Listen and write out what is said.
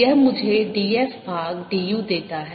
यह मुझे df भाग du देता है